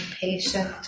patient